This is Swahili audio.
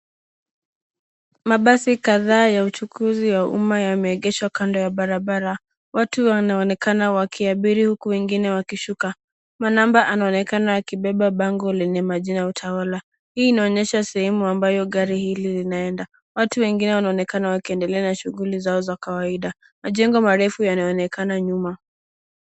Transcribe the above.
Mabasi kadhaa ya uchukuzi wa umma yameegeshwa kando ya barabara. Watu wanaonekana wakiabiri huku wengine wakishuka. Manamba anaonekana akibeba bango lenye majina ya Utawala. Hii inaonyesha sehemu ambayo gari hili linaenda. Watu wengine wanaonekana wakiendelea na shuguli za kawaida. Majengo marefu yanaonekana nyuma.